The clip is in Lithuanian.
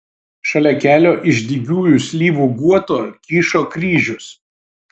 šalia kelio iš dygiųjų slyvų guoto kyšo kryžius